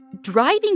driving